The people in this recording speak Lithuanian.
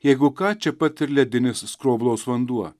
jeigu ką čia pat ir ledinis skroblaus vanduo